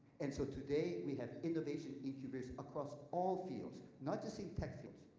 and so today we have innovation innovation across all fields, not just same tech fields,